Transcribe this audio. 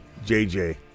JJ